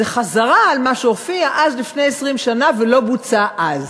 זה חזרה על מה שהופיע לפני 20 שנה ולא בוצע אז.